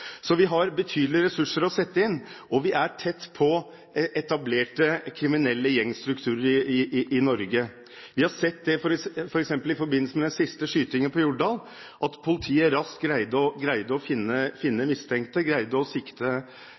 Så vi har betydelige ressurser å sette inn, og vi er tett på etablerte kriminelle gjengstrukturer i Norge. Vi har f.eks. sett det i forbindelse med den siste skytingen på Jordal: Politiet greide raskt å finne mistenkte, og greide å sikte